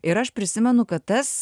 ir aš prisimenu kad tas